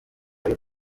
reyo